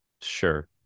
sure